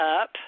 up